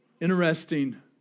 Interesting